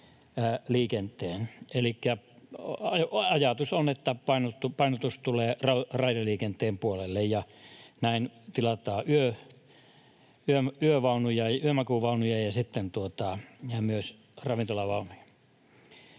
Elikkä ajatus on, että painotus tulee raideliikenteen puolelle, ja näin tilataan yömakuuvaunuja ja myös ravintolavaunuja.